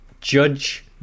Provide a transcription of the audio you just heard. judge